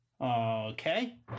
Okay